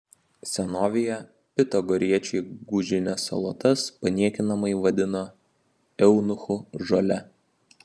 senovėje pitagoriečiai gūžines salotas paniekinamai vadino eunuchų žole